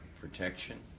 protection